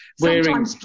wearing